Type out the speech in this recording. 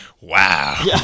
Wow